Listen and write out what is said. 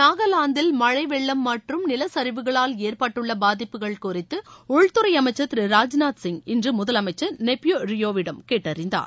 நாகலந்தில் மழை வெள்ளம் மற்றும் நிலச்சரிவுகளால் ஏற்பட்டுள்ள பாதிப்புக்கள் குறித்து உள்துறை அமைச்சர் திரு ராஜ்நாத் சிங் இன்று நெய்பியூ ரியோவிடம் கேட்டறிந்தார்